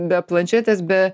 be planšetės be